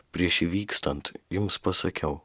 prieš įvykstant jums pasakiau